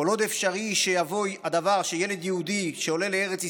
כל עוד אפשרי הדבר שיבוא ילד יהודי שעולה לארץ ישראל,